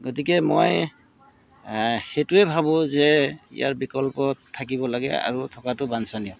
গতিকে মই সেইটোৱে ভাবোঁ যে ইয়াৰ বিকল্পত থাকিব লাগে আৰু থকাটো বাঞ্চনীয়